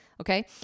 Okay